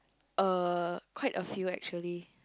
uh quite a few actually